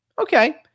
Okay